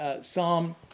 Psalm